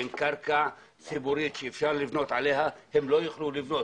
אין קרקע ציבורית שאפשר לבנות עליה הם לא יוכלו לבנות